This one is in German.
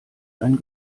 ein